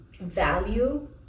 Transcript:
value